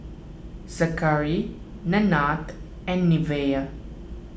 Zackery Nanette and Neveah